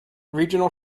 regional